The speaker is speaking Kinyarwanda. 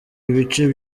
ibice